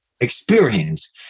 experience